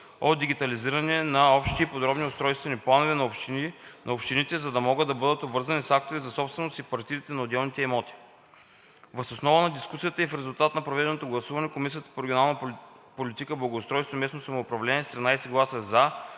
от дигитализиране на общите и подробните устройствени планове на общините, за да могат да бъдат обвързани с актовете за собственост и партидите на отделните имоти. Въз основа на дискусията и в резултат на проведеното гласуване Комисията по регионална политика, благоустройство и местно самоуправление с 13 гласа